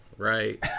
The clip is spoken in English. right